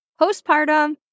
postpartum